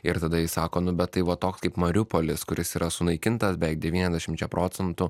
ir tada ji sako nu tai va toks kaip mariupolis kuris yra sunaikintas beveik devyniasdešimčia procentų